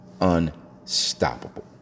Unstoppable